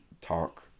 talk